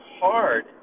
hard